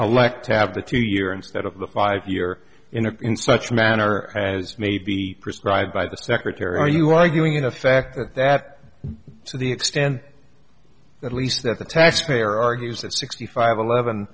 elect to have the two year instead of the five year in a in such manner as may be prescribed by the secretary are you arguing in effect that to the extent at least that the taxpayer argues that sixty five eleven